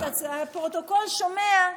הפרוטוקול שומע,